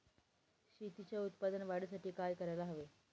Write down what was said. शेतीच्या उत्पादन वाढीसाठी काय करायला हवे?